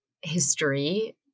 history